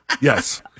Yes